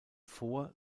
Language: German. vor